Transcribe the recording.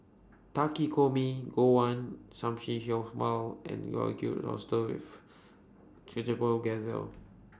Takikomi Gohan and Oysters with